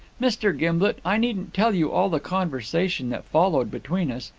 mr. gimblet, i needn't tell you all the conversation that followed between us.